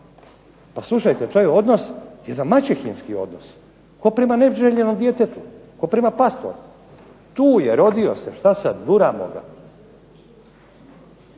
Pa slušajte, to je jedan maćehinski odnos, kao prema neželjenom djetetu, kao prema pastoru. Tu je rodio se, što sada, guramo ga.